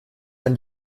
ein